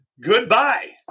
goodbye